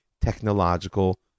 technological